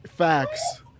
Facts